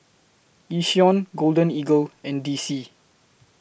Yishion Golden Eagle and D C